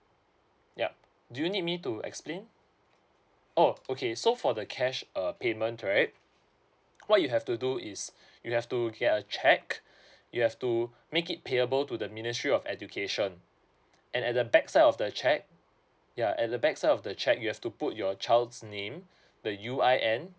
yup do you need me to explain oh okay so for the cash uh payment right what you have to do is you have to get a cheque you have to make it payable to the ministry of education and at the back side of the cheque ya at the back side of the cheque you have to put your child's name the U_I_N